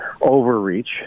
overreach